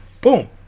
Boom